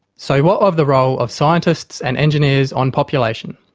so what of the role of scientists and engineers on population?